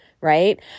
right